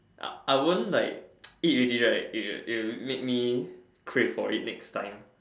I I won't like eat already right it it will make me crave for it next time